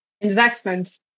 Investments